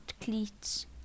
cleats